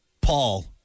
Paul